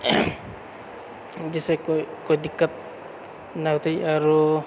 जाहिसँ कोइ दिक्कत नहि होतै आरो